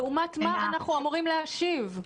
על מה אנחנו אמורים להשיב?